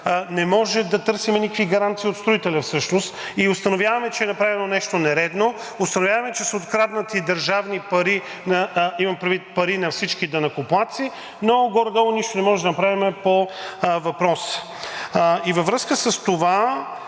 не можем да търсим никакви гаранции от строителя. Установяваме, че е направено нещо нередно, установяваме, че са откраднати държавни пари, имам предвид пари на всички данъкоплатци, но горе-долу нищо не може да направим по въпроса. И във връзка с това